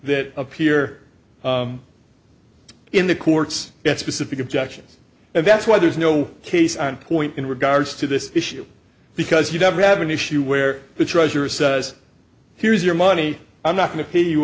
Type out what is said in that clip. appear in the courts yes specific objections and that's why there's no case on point in regards to this issue because you never have an issue where the treasurer says here's your money i'm not going to pay you